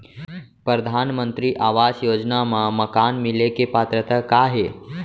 परधानमंतरी आवास योजना मा मकान मिले के पात्रता का हे?